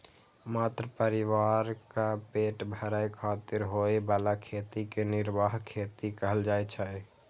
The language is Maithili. मात्र परिवारक पेट भरै खातिर होइ बला खेती कें निर्वाह खेती कहल जाइ छै